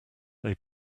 they